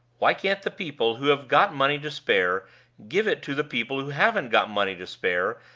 why can't the people who have got money to spare give it to the people who haven't got money to spare,